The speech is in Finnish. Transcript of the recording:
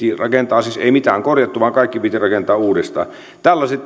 siis ei mitään korjattu vaan kaikki piti rakentaa uudestaan tällaiset